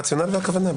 מה הרציונל ומה הכוונה.